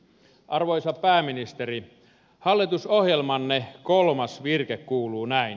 arvoisa pääministeri hallitusohjelmanne kolmas virke kuuluu näin